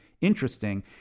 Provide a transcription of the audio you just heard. interesting